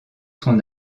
son